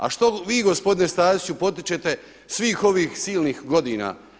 A što vi gospodine Staziću potičete svih ovih silnih godina?